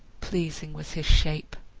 pleasing was his shape,